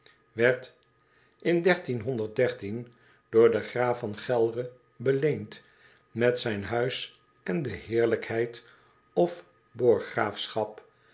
werd in door den graaf van gelre beleend met het huis en de heerlijkheid of